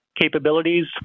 capabilities